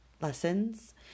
lessons